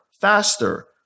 faster